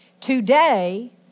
today